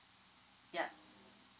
yup